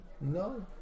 no